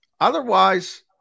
Otherwise